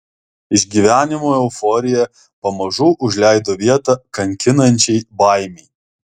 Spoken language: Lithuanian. išgyvenimo euforija pamažu užleido vietą kankinančiai baimei